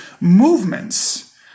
movements